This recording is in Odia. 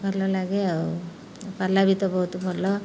ଭଲ ଲାଗେ ଆଉ ପାଲା ବି ତ ବହୁତ ଭଲ